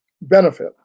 benefit